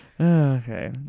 Okay